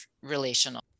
relational